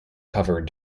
covered